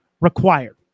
required